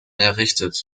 errichtet